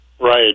Right